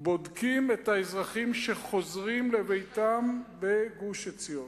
בודקים את האזרחים שחוזרים לביתם בגוש-עציון.